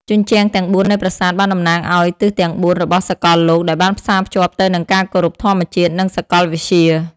ជញ្ជាំងទាំងបួននៃប្រាសាទបានតំណាងឲ្យទិសទាំងបួនរបស់សកលលោកដែលបានផ្សារភ្ជាប់ទៅនឹងការគោរពធម្មជាតិនិងសកលវិទ្យា។